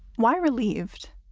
why relieved?